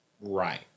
Right